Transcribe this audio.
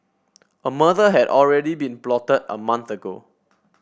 a murder had already been plotted a month ago